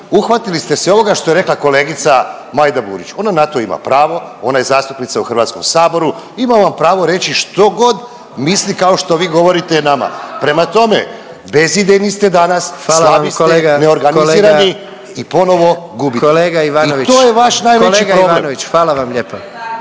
uhvatili ste se ovoga što je rekla kolegica Majda Burić. Ona na to ima pravo, ona je zastupnica u Hrvatskom saboru. Ima vam pravo reći što god misli kao što vi govorite nama. Prema tome, bezidejni ste danas, slabi ste, neorganizirani … …/Upadica predsjednik: Hvala vam kolega./…